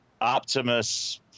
Optimus